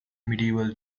medieval